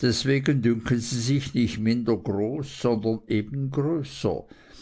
deswegen dünken sie sich nicht minder groß sondern eben desto größer